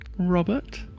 Robert